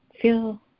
feel